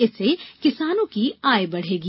इससे किसानों की आय बढ़ेगी